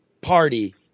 Party